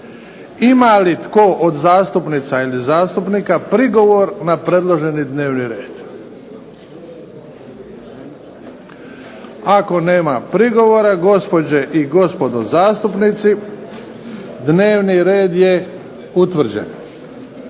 Ima li tko od zastupnica i zastupnika prigovor na predloženi dnevni red? Ako nema prigovora gospođe i gospodo zastupnici dnevni red je utvrđen.